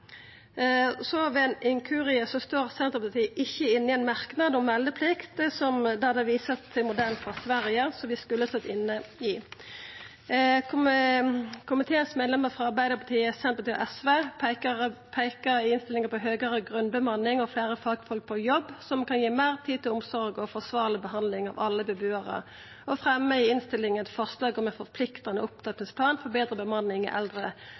Ved ein inkurie står Senterpartiet ikkje inne i ein merknad om meldeplikt, der det vert vist til modellen i Sverige, som vi skulle vore med på. Komiteen sine medlemer frå Arbeidarpartiet, Senterpartiet og SV peikar i innstillinga på høgre grunnbemanning og fleire fagfolk på jobb, som kan gi meir tid til omsorg og forsvarleg behandling av alle bebuarar, og fremjar i innstillinga eit forslag om ein forpliktande opptrappingsplan for betre bemanning i